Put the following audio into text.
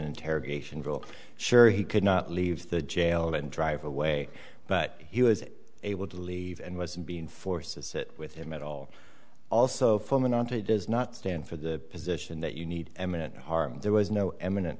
interrogation room sure he could not leave the jail and drive away but he was able to leave and wasn't being forced to sit with him at all also form an entree does not stand for the position that you need eminent harm there was no eminent